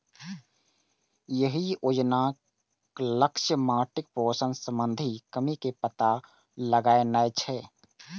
एहि योजनाक लक्ष्य माटिक पोषण संबंधी कमी के पता लगेनाय छै